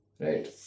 Right